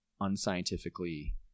unscientifically